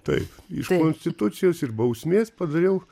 taip iš konstitucijos ir bausmės padariau